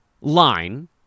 line